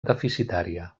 deficitària